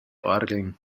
orgeln